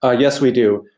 ah yes we do.